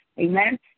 Amen